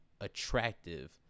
attractive